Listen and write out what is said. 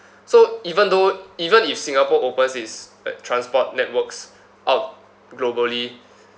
so even though even if singapore opens its uh transport networks out globally